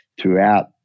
throughout